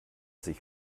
sich